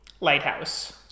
lighthouse